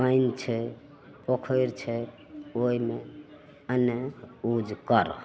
पानि छै पोखैर छै ओइमे एन्ने उज करऽ